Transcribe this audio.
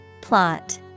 Plot